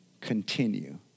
continue